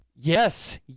Yes